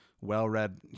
well-read